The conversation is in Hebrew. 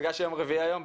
בגלל שיום רביעי היום,